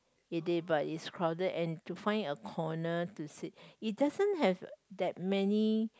it did but it's crowded and to find a corner to sit it doesn't have that many